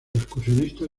excursionistas